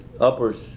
Uppers